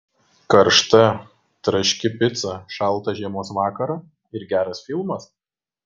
karšta traški pica šaltą žiemos vakarą ir geras filmas